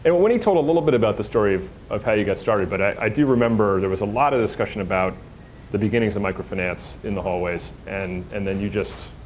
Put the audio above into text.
and winnie told a little bit about the story of of how you got started but i do remember there was a lot of discussion about the beginnings of microfinance in the hallways and and then you just,